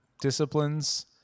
disciplines